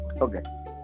okay